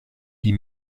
die